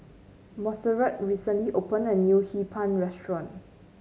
Monserrat recently opened a new Hee Pan restaurant